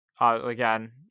again